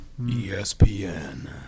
ESPN